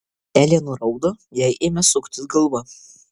elė nuraudo jai ėmė suktis galva